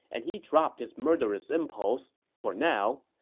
and he dropped his murderous impulse, for now.